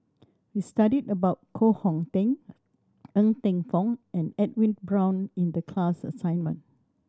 we studied about Koh Hong Teng Ng Eng Teng and Edwin Brown in the class assignment